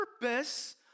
purpose